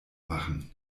machen